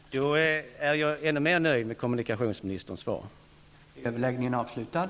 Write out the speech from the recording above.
Herr talman! Då är jag ännu mera nöjd med kommunikationsministerns svar.